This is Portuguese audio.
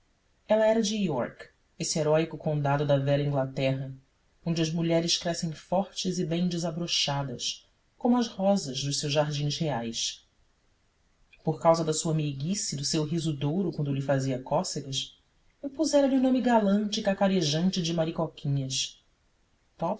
ela era de iorque esse heróico condado da velha inglaterra onde as mulheres crescem fortes e bem desabrochadas como as rosas dos seus jardins reais por causa da sua meiguice e do seu riso de ouro quando lhe fazia cócegas eu pusera lhe o nome galante e cacarejante de